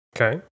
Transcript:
Okay